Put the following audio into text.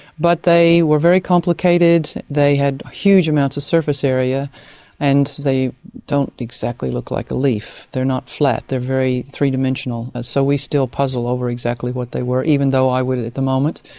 but they were very complicated, they had huge amounts of surface area and they don't exactly look like a leaf, they're not flat, they're very three-dimensional. so we still puzzle over exactly what they were, even though i would at the moment,